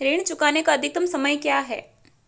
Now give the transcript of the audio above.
ऋण चुकाने का अधिकतम समय क्या है?